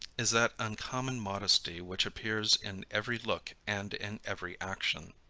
is that uncommon modesty which appears in every look and in every action.